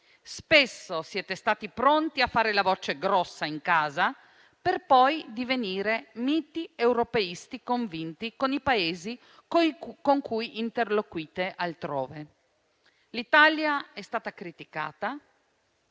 Spesso siete stati pronti a fare la voce grossa in casa, per poi divenire miti europeisti convinti con i Paesi con cui interloquite altrove. L'Italia è stata criticata